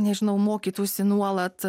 nežinau mokytųsi nuolat